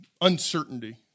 uncertainty